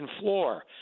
floor